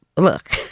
Look